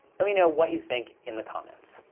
let me know what you think in the comments.